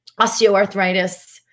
osteoarthritis